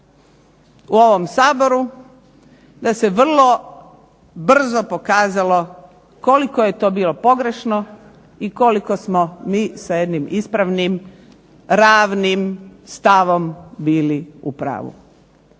u ovom Saboru da se vrlo brzo pokazalo koliko je to bilo pogrešno i koliko smo mi sa jednim ispravnim, ravnim stavom bili u pravu.